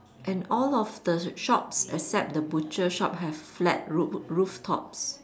and all of the shops except the butcher shop have flat roo~ roof tops